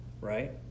Right